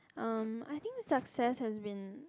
um I think success has been